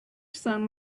son